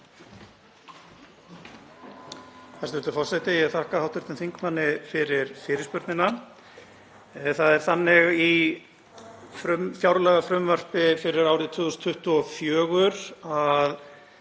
Það er þannig í fjárlagafrumvarpi fyrir árið 2024 að